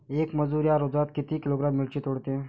येक मजूर या रोजात किती किलोग्रॅम मिरची तोडते?